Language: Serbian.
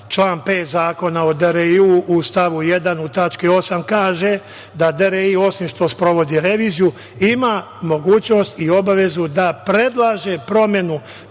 član 5. Zakona o DRI u stavu 1. u tački 8. kaže – da DRI osim što sprovodi reviziju, ima mogućnost i obavezu da predlaže promenu